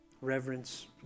reverence